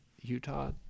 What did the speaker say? Utah